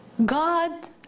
God